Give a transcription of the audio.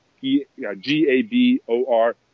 G-A-B-O-R